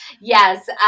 Yes